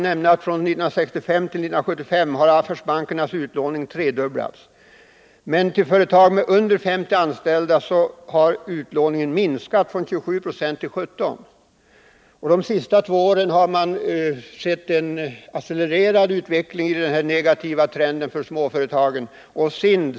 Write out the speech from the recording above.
Från 1965-1975 har affärsbankernas utlåning tredubblats, men till företag med färre än 50 anställda har utlåningen minskat från 27 96 till 17 96. Under de senaste två åren har man konstaterat en accelererad utveckling av den här negativa trenden för småföretagen.